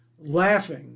laughing